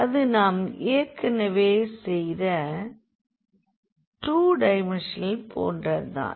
அது நாம் ஏற்கெனவே செய்த 2 டைமென்ஷனல் போன்றதுதான்